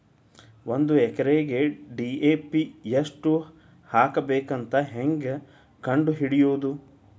ಒಂದು ಎಕರೆಗೆ ಡಿ.ಎ.ಪಿ ಎಷ್ಟು ಹಾಕಬೇಕಂತ ಹೆಂಗೆ ಕಂಡು ಹಿಡಿಯುವುದು?